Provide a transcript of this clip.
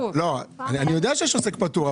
אני יודע שיש עוסק פטור,